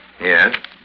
Yes